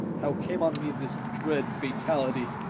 how came on me this dread fatality.